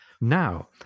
Now